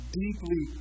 deeply